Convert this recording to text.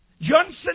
Johnson